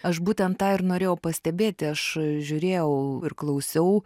aš būtent tą ir norėjau pastebėti aš žiūrėjau ir klausiau